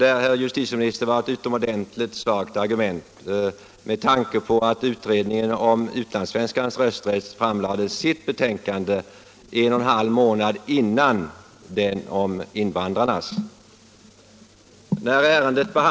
Fru talman! Det där var ett utomordentligt svagt argument, herr justitieminister, med tanke på att betänkandet om utlandssvenskarnas rösträtt framlades en och en halv månad före betänkandet om invandrarnas rösträtt.